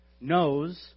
knows